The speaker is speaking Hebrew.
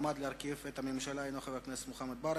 המועמד להרכיב את הממשלה הינו חבר הכנסת מוחמד ברכה.